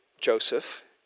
Joseph